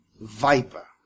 viper